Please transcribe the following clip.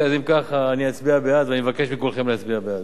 אם כך אצביע בעד, ואני מבקש מכולכם להצביע בעד.